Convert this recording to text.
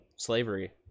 slavery